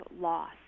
loss